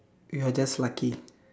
you are just lucky